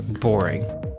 boring